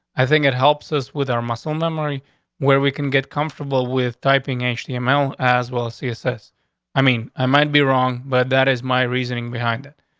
i think it helps us with our muscle memory where we can get comfortable with typing actually amount as well a css i mean, i might be wrong, but that is my reasoning behind it.